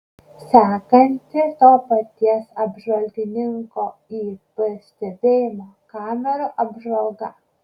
sekanti to paties apžvalgininko ip stebėjimo kamerų apžvalga